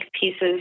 pieces